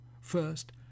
First